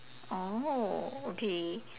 oh okay